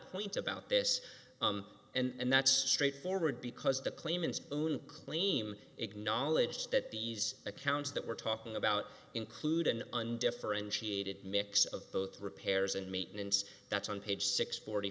point about this and that's straightforward because the claimants own claim acknowledge that these accounts that we're talking about include an undifferentiated mix of both repairs and maintenance that's on page six forty